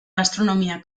gastronomia